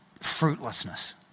fruitlessness